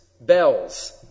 Bells